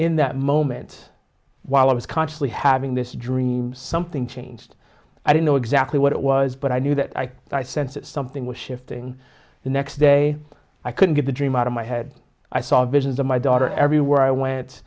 in that moment while i was consciously having this dream something changed i didn't know exactly what it was but i knew that i sensed that something was shifting the next day i couldn't get the dream out of my head i saw visions of my daughter everywhere i went